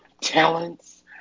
talents